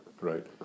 right